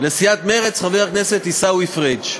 לסיעת מרצ, חבר הכנסת עיסאווי פריג'.